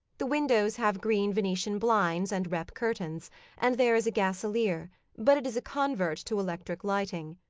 the windows have green venetian blinds and rep curtains and there is a gasalier but it is a convert to electric lighting.